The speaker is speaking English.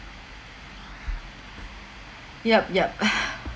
yep yep uh